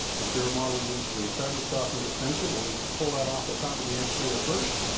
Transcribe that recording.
if your model uses a fabric software dispenser, we'll need to pull that off the top of the agitator first.